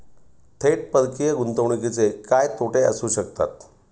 थेट परकीय गुंतवणुकीचे काय तोटे असू शकतात?